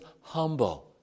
humble